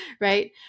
Right